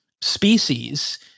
species